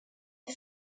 est